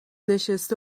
نشسته